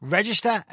Register